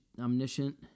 omniscient